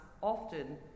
often